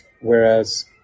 whereas